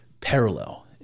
parallel